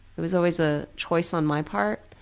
it was always a choice on my part.